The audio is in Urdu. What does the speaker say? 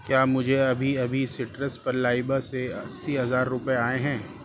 کیا مجھے ابھی ابھی سٹرس پر لائبہ سے اسی ہزار روپئے آئے ہیں